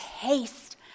taste